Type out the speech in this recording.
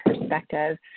perspective